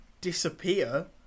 disappear